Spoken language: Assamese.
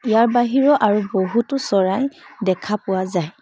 ইয়াৰ বাহিৰেও আৰু বহুতো চৰাই দেখা পোৱা যায়